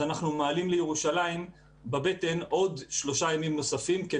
מעלים לירושלים בבטן לעוד שלושה ימים נוספים,